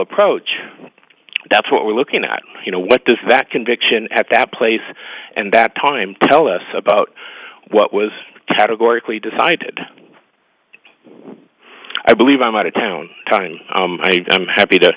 approach that's what we're looking at you know what does that conviction at that place and that time tell us about what was categorically decided i believe i'm out of town time i'm happy to